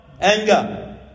anger